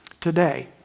today